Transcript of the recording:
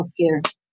healthcare